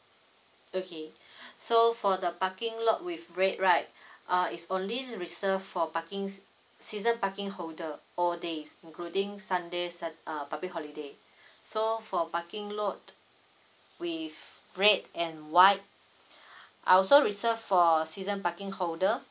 okay so for the parking lot with red right uh it's only reserve for parking s~ season parking holder all days including sunday sat uh public holiday so for parking lot with red and white are also reserve for season parking holder